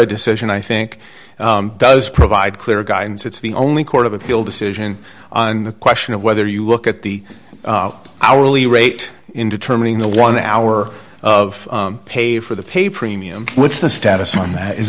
a decision i think does provide clear guidance it's the only court of appeal decision on the question of whether you look at the hourly rate in determining the one hour of pay for the pay premium what's the status on that is